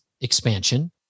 expansion